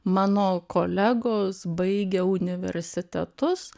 mano kolegos baigę universitetus